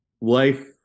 life